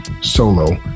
solo